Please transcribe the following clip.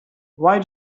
why